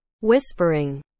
Whispering